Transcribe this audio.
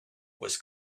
was